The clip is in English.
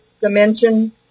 dimension